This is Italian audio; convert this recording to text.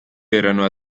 erano